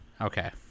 Okay